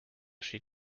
she